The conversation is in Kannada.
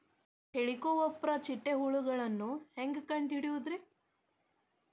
ಹೇಳಿಕೋವಪ್ರ ಚಿಟ್ಟೆ ಹುಳುಗಳನ್ನು ಹೆಂಗ್ ಕಂಡು ಹಿಡಿಯುದುರಿ?